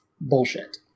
bullshit